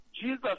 Jesus